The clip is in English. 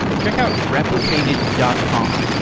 check out replicated dot com.